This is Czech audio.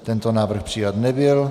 Tento návrh přijat nebyl.